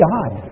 God